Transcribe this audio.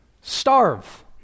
Starve